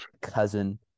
cousin